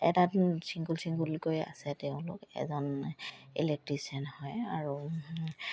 এটাত ছিংগল ছিংগুলকৈ আছে তেওঁলোক এজন ইলেক্ট্ৰিচিয়ান হয় আৰু